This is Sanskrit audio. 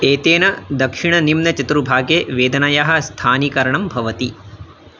एतेन दक्षिणनिम्नचतुर्भागे वेदनयाः स्थानीकरणं भवति